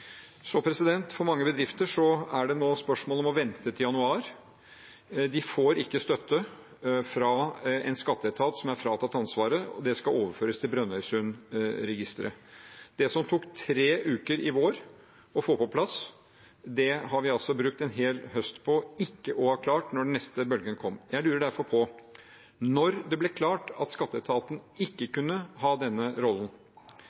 For mange bedrifter er det nå et spørsmål om å vente til januar. De får ikke støtte fra en skatteetat som er fratatt ansvaret, det skal overføres til Brønnøysundregistrene. Det som tok tre uker i vår å få på plass, har vi altså brukt en hel høst på ikke å ha klart når den neste bølgen kom. Jeg lurer derfor på: Når det ble klart at skatteetaten ikke kunne ha denne rollen,